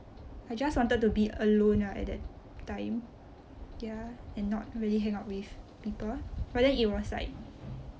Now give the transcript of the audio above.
I just wanted to be alone ah at that time ya and not really hang out with people but then it was like